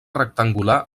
rectangular